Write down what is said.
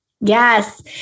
Yes